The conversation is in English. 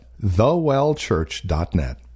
thewellchurch.net